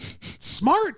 smart